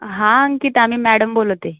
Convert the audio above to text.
हा अंकिता मी मॅडम बोलत आहे